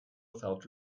felt